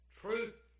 truth